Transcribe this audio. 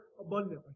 abundantly